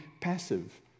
passive